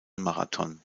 marathon